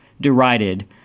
derided